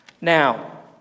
Now